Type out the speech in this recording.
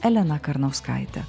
elena karnauskaite